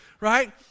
right